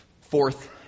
fourth